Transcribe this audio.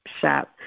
shop